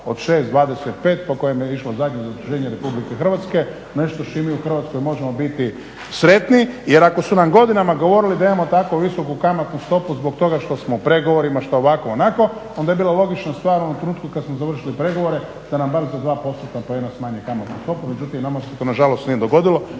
od 6, 25 po kojem je išlo zaduženje RH nešto s čime u Hrvatskoj možemo biti sretni jer ako su nam godinama govorili da imamo tako visoku kamatnu stopu zbog toga što smo u pregovorima, što ovako, onako onda je bila logična stvar u onom trenutku kad smo završili pregovore da nam bar za dva postotna poena smanje kamatnu stopu. Međutim, nama se to nažalost nije dogodilo.